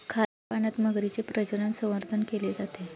खाऱ्या पाण्यात मगरीचे प्रजनन, संवर्धन केले जाते